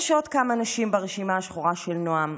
יש עוד כמה נשים ברשימה השחורה של נעם.